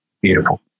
beautiful